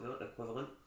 equivalent